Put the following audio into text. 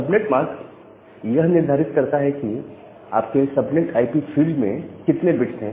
subnet mask यह निर्धारित करता है कि आपके सबनेट आईपी फील्ड में कितने बिट्स हैं